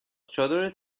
چادرت